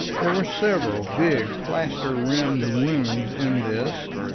there were several big plaster-rimmed wounds in this,